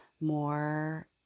more